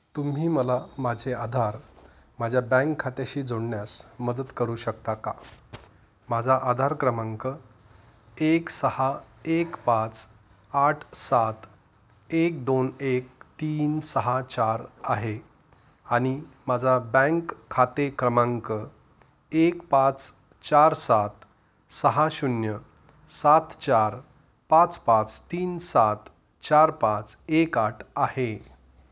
तुम्ही मला माझे आधार माझ्या बँक खात्याशी जोडण्यास मदत करू शकता का माझा आधार क्रमांक एक सहा एक पाच आठ सात एक दोन एक तीन सहा चार आहे आणि माझा बँक खाते क्रमांक एक पाच चार सात सहा शून्य सात चार पाच पाच तीन सात चार पाच एक आठ आहे